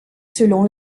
selon